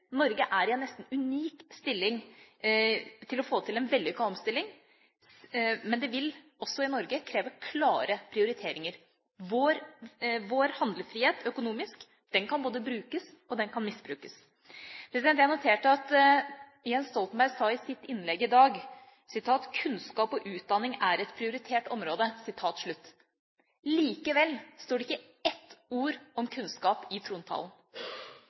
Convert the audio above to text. Norge er i en nesten unik stilling til å få til en vellykket omstilling, men det vil også i Norge kreve klare prioriteringer. Vår handlefrihet økonomisk kan både brukes og misbrukes. Jeg noterte meg at Jens Stoltenberg sa i sitt innlegg i dag: «Kunnskap og utdanning er et prioritert område.» Likevel står det ikke ett ord om kunnskap i